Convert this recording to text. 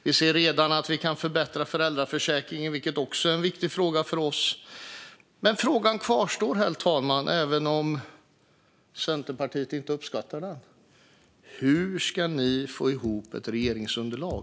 Vi ser redan att vi kan förbättra föräldraförsäkringen, vilket också är en viktig fråga för oss. Men frågan kvarstår, herr talman, även om Centerpartiet inte uppskattar den: Hur ska ni få ihop ett regeringsunderlag?